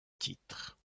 titre